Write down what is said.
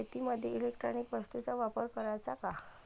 शेतीमंदी इलेक्ट्रॉनिक वस्तूचा वापर कराचा का?